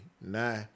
Nah